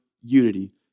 unity